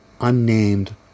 unnamed